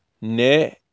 ne